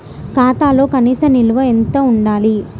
ఖాతాలో కనీస నిల్వ ఎంత ఉండాలి?